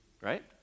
right